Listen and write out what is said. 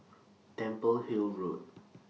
Temple Hill Road